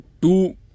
two